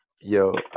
yo